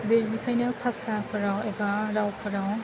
बिनिखायनो भासाफोराव एबा रावफोराव